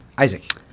Isaac